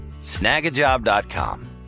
Snagajob.com